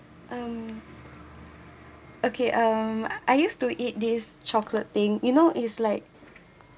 um okay um I used to eat this chocolate thing you know it's like